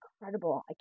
incredible